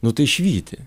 nu tai švyti